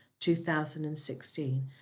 2016